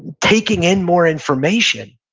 taking in more information.